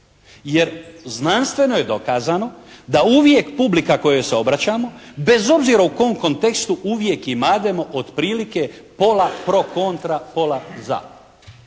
jer znanstveno je dokazano da uvijek publika kojoj se obraćamo bez obzira u kom kontekstu uvijek imademo otprilike pola pro kontra, pola za.